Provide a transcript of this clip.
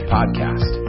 Podcast